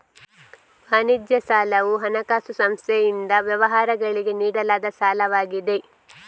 ವಾಣಿಜ್ಯ ಸಾಲವು ಹಣಕಾಸು ಸಂಸ್ಥೆಯಿಂದ ವ್ಯವಹಾರಗಳಿಗೆ ನೀಡಲಾದ ಸಾಲವಾಗಿದೆ